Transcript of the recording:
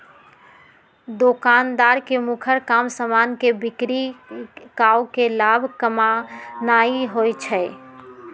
दोकानदार के मुखर काम समान के बिक्री कऽ के लाभ कमानाइ होइ छइ